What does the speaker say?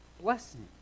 blessing